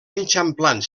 eixamplant